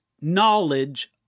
knowledge